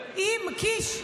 שתי הרשעות ברצח.